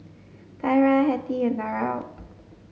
Tyra Hetty and Darell